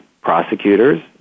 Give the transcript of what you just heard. prosecutors